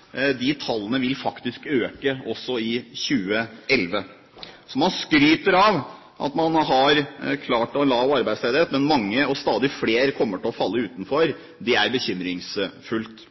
vil øke også i 2011. Man skryter av at man har klart å ha en lav arbeidsledighet, men mange og stadig flere kommer til å falle utenfor. Det er bekymringsfullt.